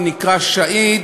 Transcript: הוא נקרא שהיד.